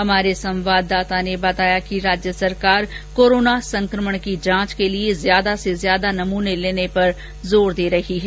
हमारे संवाददाता ने बताया कि राज्य सरकार कोरोना संक्रमण की जांच के लिए ज्यादा से ज्यादा नमूने लेने पर जोर दे रही है